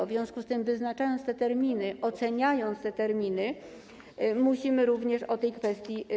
W związku z tym, wyznaczając te terminy, oceniając te terminy, musimy pamiętać również o tej kwestii.